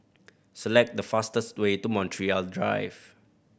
select the fastest way to Montreal Drive